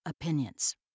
opinions